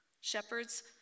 Shepherds